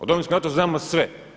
O Domovinskom ratu znamo sve.